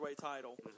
title